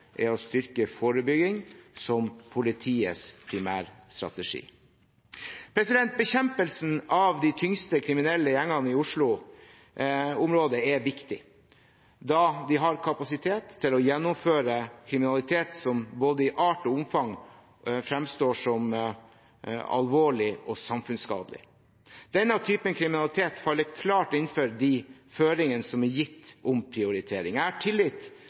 er å styrke forebygging som politiets primærstrategi. Bekjempelsen av de tyngste kriminelle gjengene i Oslo-området er viktig, da de har kapasitet til å gjennomføre kriminalitet som både i art og i omfang fremstår som alvorlig og samfunnsskadelig. Denne typen kriminalitet faller klart innenfor de føringene som er gitt om prioritering. Jeg har tillit